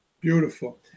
Beautiful